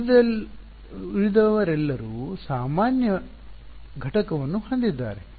ಹೌದು ಉಳಿದವರೆಲ್ಲರೂ ಸಾಮಾನ್ಯ ಘಟಕವನ್ನು ಹೊಂದಿದ್ದಾರೆ